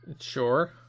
sure